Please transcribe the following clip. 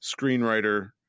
screenwriter